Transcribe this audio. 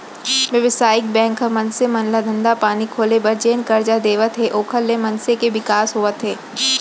बेवसायिक बेंक ह मनसे मन ल धंधा पानी खोले बर जेन करजा देवत हे ओखर ले मनसे के बिकास होवत हे